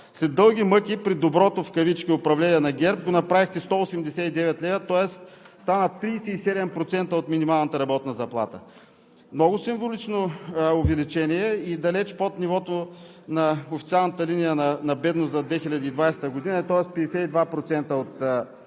След дълги мъки при доброто управление на ГЕРБ в кавички, го направихте 189 лв., тоест стана 37% от минималната работна заплата. Много символично увеличение и далеч под нивото на официалната линия на бедност за 2020 г., и то 52% от това